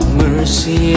mercy